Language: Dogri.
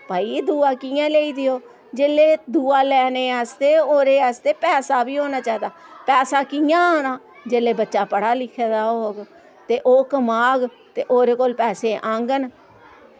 भाई एह् दुआ कि'यां लेई देओ जेल्लै दूआ लैने आस्तै ओह्दे आस्तै पैसा बी होने चाहिदा पैसा कि'यां आना जिल्लै बच्चा पढ़ा लिखे दा होग ते ओह् कमाग ते ओह्दे कोल पैसे औङन